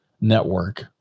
network